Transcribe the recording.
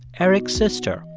eric's sister,